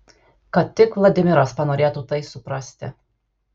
kad tik vladimiras panorėtų tai suprasti